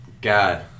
God